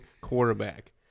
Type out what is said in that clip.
quarterback